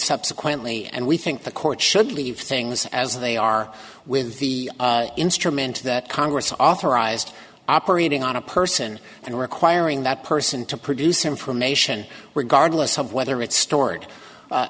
subsequently and we think the court should leave things as they are with the instrument that congress authorized operating on a person and requiring that person to produce information regardless of whether it's stored